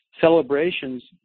celebrations